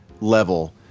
level